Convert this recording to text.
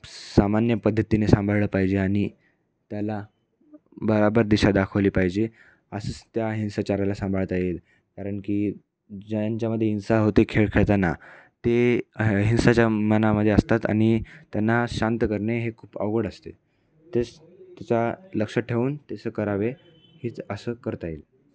सामान्य पद्धतीने सांभाळलं पाहिजे आणि त्याला बरोबर दिशा दाखवली पाहिजे असंच त्या हिंसाचाराला सांभाळता येईल कारण की ज्यांच्यामध्ये हिंसा होते खेळ खेळताना ते अहिंसाच्या मनामध्ये असतात आनि त्यांना शांत करणे हे खूप अवघड असते तेच त्याचा लक्ष ठेवून तसं करावे हेच असं करता येईल